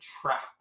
trap